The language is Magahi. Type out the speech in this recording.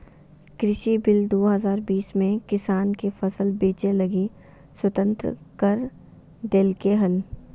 कृषि बिल दू हजार बीस में किसान के फसल बेचय लगी स्वतंत्र कर देल्कैय हल